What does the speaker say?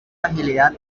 agilidad